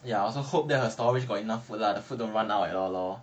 ya I also hope that her storage got enough food lah the food don't run out and all